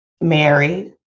married